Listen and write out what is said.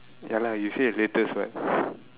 ya lah you said latest what